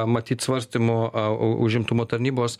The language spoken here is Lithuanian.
matyt svarstymo a užimtumo tarnybos